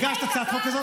הגשת הצעת חוק כזאת?